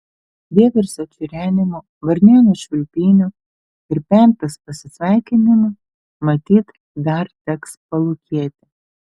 vieversio čirenimo varnėno švilpynių ir pempės pasisveikinimų matyt dar teks palūkėti